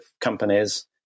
companies